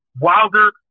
Wilder